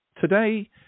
today